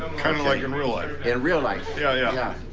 kind of like in real life. in real life. yeah, yeah. yeah.